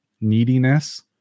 neediness